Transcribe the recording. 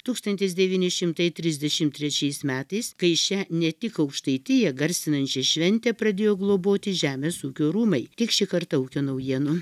tūkstantis devyni šimtai trisdešim trečiais metais kai šią ne tik aukštaitiją garsinančią šventę pradėjo globoti žemės ūkio rūmai tiek šį kartą ūkio naujienų